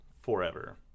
forever